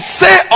say